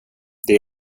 det